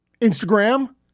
Instagram